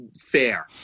Fair